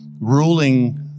ruling